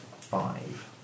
five